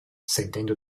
sentendo